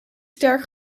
sterk